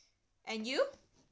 and you